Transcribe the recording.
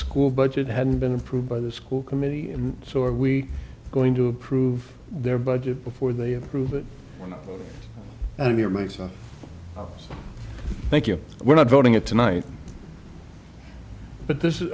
school budget hadn't been approved by the school committee and so are we going to approve their budget before they approve it here myself thank you we're not voting it tonight but this is